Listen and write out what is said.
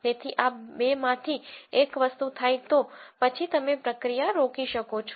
તેથી આ બેમાંથી એક વસ્તુ થાય તો પછી તમે પ્રક્રિયા રોકી શકો છો